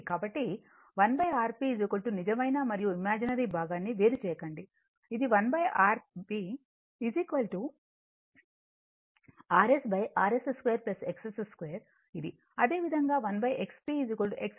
కాబట్టి 1 Rp నిజమైన మరియు ఇమాజినరీ భాగాన్ని వేరు చేయండి 1 Rp Rs Rs 2 XS 2 ఇది